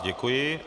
Děkuji.